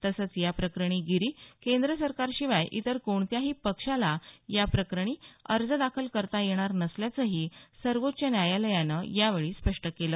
तसंच या प्रकरणी गिरी केंद्र सरकार शिवाय इतर कोणत्याही पक्षाला या प्रकरणी अर्ज दाखल करता येणार नसल्याचंही सर्वोच्च न्यायालयानं यावेळी स्पष्ट केलं